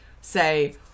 say